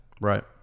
right